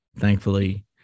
Thankfully